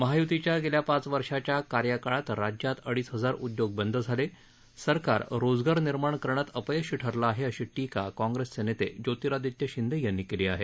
महायुतीच्या गेल्या पाच वर्षाच्या कार्यकाळात राज्यात अडीच हजार उद्योग बंद झाले सरकार रोजगार निर्माण करण्यात अपयशी ठरलं अशी टीका काँग्रेसचे नेते ज्येतिरादित्य शिंदे यांनी केली आहे